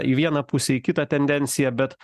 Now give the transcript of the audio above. į vieną pusę į kitą tendencija bet